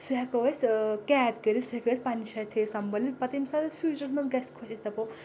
سُہ ہؠکو أسۍ قید کٔرِتھ سُہ ہیٚکو أسۍ پَننٕہِ مایہِ سَمبٲلِتھ پَتہٕ ییٚمہِ ساتہٕ أسۍ فیوٗچرَس منٛز گژھِ خۄش اَسہِ دَپو